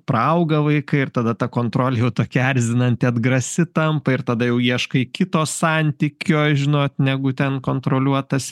praauga vaikai ir tada ta kontrolė jau tokia erzinanti atgrasi tampa ir tada jau ieškai kito santykio žinot negu ten kontroliuot tas